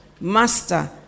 Master